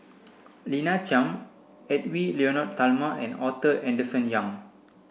Lina Chiam Edwy Lyonet Talma and Arthur Henderson Young